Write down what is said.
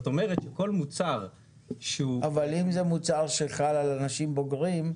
אבל אם זה מוצר שחל על אנשים בוגרים,